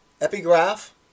Epigraph